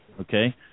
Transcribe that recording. okay